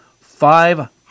five